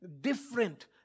different